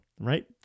right